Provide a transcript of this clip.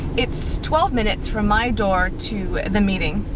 it's twelve minutes from my door to the meeting.